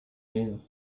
new